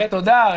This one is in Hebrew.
תודה.